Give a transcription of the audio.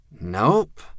Nope